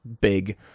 big